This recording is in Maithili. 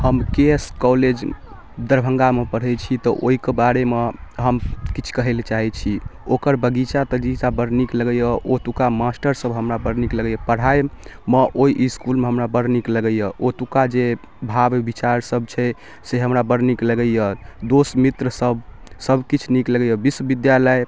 हम के एस कॉलेज दरभङ्गामे पढ़ै छी तऽ ओहिके बारेमे हम किछु कहैलए चाहै छी ओकर बगीचा तगीचा बड़ नीक लगैए ओतुका मास्टरसभ हमरा बड़ नीक लगैए पढ़ाइमे ओहि इसकुलमे हमरा बड़ नीक लगैए ओतुका जे भाव विचारसब छै से हमरा बड़ नीक लगैए दोस्त मित्रसभ सबकिछु नीक लगैए विश्वविद्यालय